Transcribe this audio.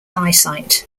eyesight